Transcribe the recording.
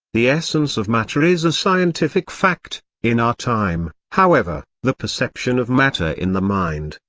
the essence of matter is a scientific fact in our time, however, the perception of matter in the mind,